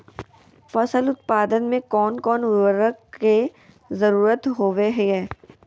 फसल उत्पादन में कोन कोन उर्वरक के जरुरत होवय हैय?